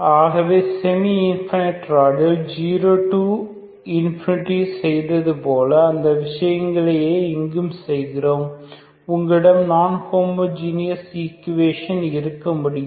ஆகவே semi infinity ராடில் 0 ∞செய்தது போல அதே விஷயங்களையே இங்கும் செய்கிறோம் உங்களிடம் நான் ஹோமோஜீனஸ் ஈக்குவேஷன் இருக்க முடியும்